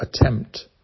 attempt